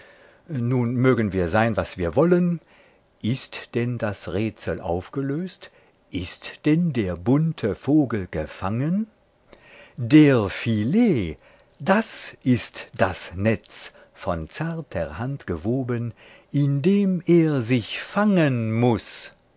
nun mögen wir sein was wir wollen ist denn das rätsel aufgelöst ist denn der bunte vogel gefangen der filet das ist das netz von zarter hand gewoben in dem er sich fangen muß